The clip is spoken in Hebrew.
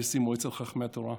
נשיא מועצת חכמי התורה,